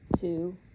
Two